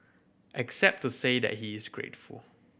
except to say that he is grateful